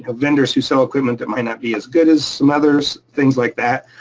ah vendors who sell equipment that might not be as good as some others, things like that.